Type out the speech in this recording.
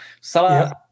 Salah